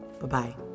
bye-bye